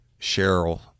cheryl